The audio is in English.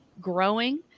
growing